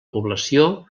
població